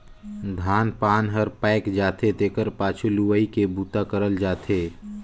धान पान हर पायक जाथे तेखर पाछू लुवई के बूता करल जाथे